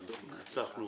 אבל הצלחנו